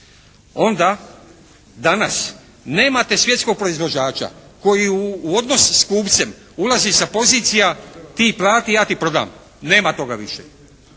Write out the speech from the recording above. onda danas nemate svjetskog proizvođača koji u odnos s kupcem ulazi sa pozicija ti plati ja ti prodam. Nema toga više.